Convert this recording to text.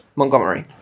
Montgomery